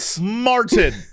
Martin